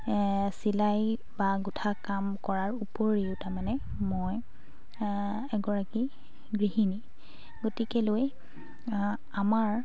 চিলাই বা গোঁঠা কাম কৰাৰ উপৰিও তাৰমানে মই এগৰাকী গৃহিণী গতিকে লৈ আমাৰ